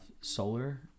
solar